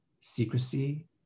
secrecy